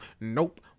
Nope